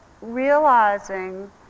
realizing